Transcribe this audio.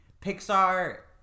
Pixar